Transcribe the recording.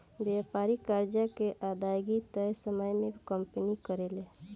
व्यापारिक कर्जा के अदायगी तय समय में कंपनी करेले